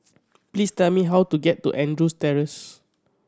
please tell me how to get to Andrews Terrace